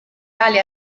ali